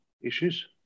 issues